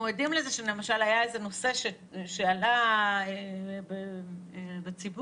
למשל היה נושא שעלה בציבור